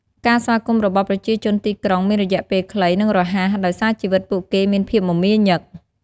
ការស្វាគមន៍របស់ប្រជាជនទីក្រុង មានរយៈពេលខ្លី និងរហ័ស ដោយសារជីវិតពួកគេមានភាពមមាញឹក។